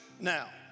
now